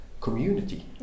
community